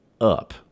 up